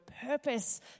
purpose